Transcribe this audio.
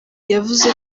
yavuze